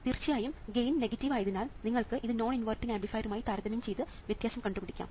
തീർച്ചയായും ഗെയിൻ നെഗറ്റീവായതിനാൽ നിങ്ങൾക്ക് ഇത് നോൺ ഇൻവേർട്ടിംഗ് ആംപ്ലിഫയറുമായി താരതമ്യം ചെയ്ത് വ്യത്യാസം കണ്ടു പിടിക്കാം